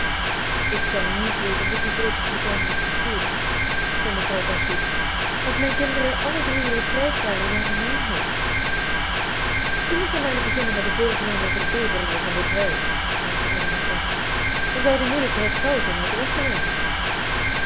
ik zou niet weten hoe ik een groot fortuin moest besteden zei mevrouw dashwood als mijn kinderen alle drie reeds rijk waren zonder mijn hulp u moest dan maar beginnen met de voorgenomen verbeteringen van dit huis merkte elinor op dan zou die moeilijkheid gauw zijn uit den weg geruimd